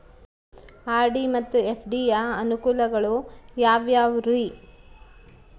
RD ಮತ್ತು FD ಯ ಅನುಕೂಲಗಳು ಯಾವ್ಯಾವುರಿ?